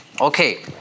Okay